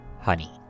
Honey